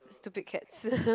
stupid cats